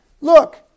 look